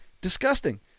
Disgusting